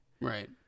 Right